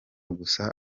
gusa